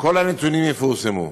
כל הנתונים יפורסמו.